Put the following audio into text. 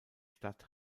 stadt